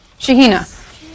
Shahina